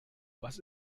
was